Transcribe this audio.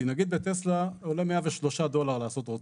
כי נגיד בטסלה עולה 103 דולר לעשות רוטציה.